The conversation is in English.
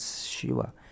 Shiva